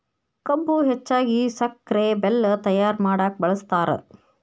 ಕಬ್ಬು ಹೆಚ್ಚಾಗಿ ಸಕ್ರೆ ಬೆಲ್ಲ ತಯ್ಯಾರ ಮಾಡಕ ಬಳ್ಸತಾರ